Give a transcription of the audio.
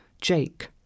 Jake